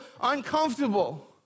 uncomfortable